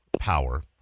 power